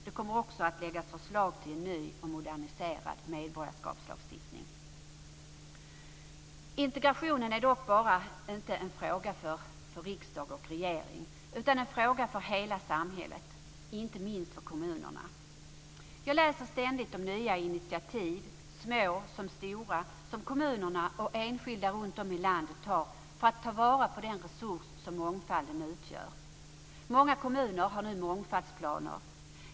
Det kommer också att läggas fram förslag till en ny och moderniserad medborgarskapslag. Integrationen är dock inte bara en fråga för riksdag och regering utan en fråga för hela samhället, inte minst för kommunerna. Jag läser ständigt om nya initiativ, små som stora, som kommunerna och enskilda runtom i landet tar för att ta vara på den resurs som mångfalden utgör. Många kommuner har nu mångfaldsplaner.